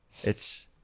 It's-